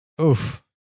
Oof